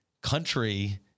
country